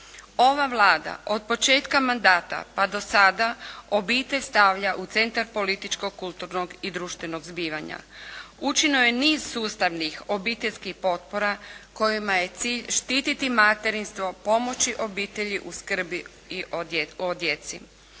Ova Vlada od početka mandata pa do sada obitelj stavlja u centar političkog, kulturnog i društvenog zbivanja. Učinjeno je niz sustavnih obiteljskih potpora kojima je cilj štititi materinstvo, pomoći obitelji u skrbi i o djeci.